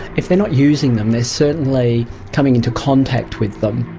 if they're not using them they're certainly coming into contact with them.